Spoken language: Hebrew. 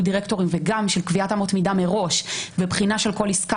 הדירקטורים וגם של קביעת אמות מידה מראש מבחינה של כל עסקה